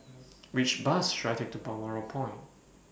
Which Bus should I Take to Balmoral Point